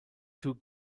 two